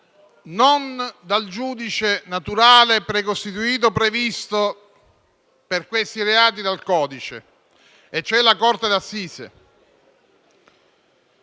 non dal giudice naturale precostituito previsto per questi reati dal codice, e cioè la corte d'assise.